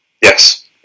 Yes